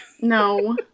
No